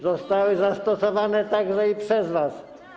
Zostały zastosowane także i przez was.